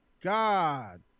God